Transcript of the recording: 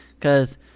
Cause